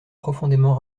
profondément